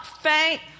faint